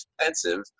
expensive